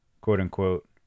quote-unquote